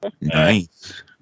nice